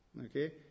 Okay